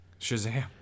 Shazam